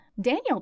Daniel